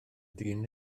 dyn